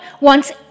wants